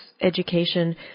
education